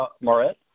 Maret